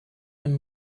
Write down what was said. him